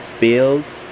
build